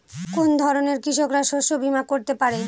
কোন ধরনের কৃষকরা শস্য বীমা করতে পারে?